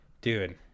dude